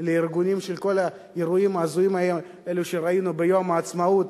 לארגונים של כל האירועים ההזויים האלה שראינו ביום העצמאות,